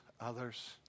others